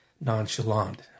nonchalant